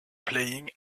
playing